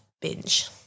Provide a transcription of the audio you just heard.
binge